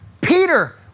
Peter